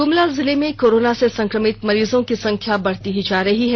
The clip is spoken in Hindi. गुमला जिले में कोरोना से संक्रमित मरीजो की संख्या बढ़ती ही जा रही है